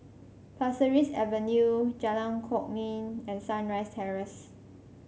Pasir Ris Avenue Jalan Kwok Min and Sunrise Terrace